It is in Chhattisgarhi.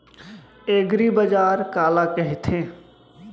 एगरीबाजार काला कहिथे?